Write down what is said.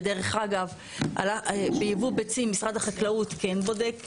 ודרך אגב, בייבוא ביצים משרד החקלאות כן בודק.